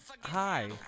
hi